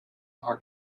are